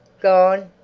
gone?